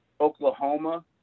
Oklahoma